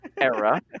era